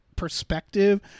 perspective